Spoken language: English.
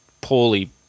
poorly